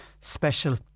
special